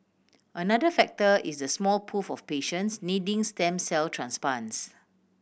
another factor is the small pool of patients needing stem cell transplants